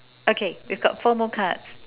okay you've got four more cards